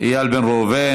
איל בן ראובן,